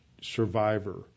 survivor